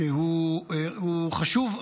שהוא חשוב,